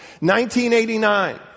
1989